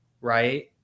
right